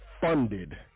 funded